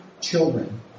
children